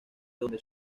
donde